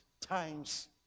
times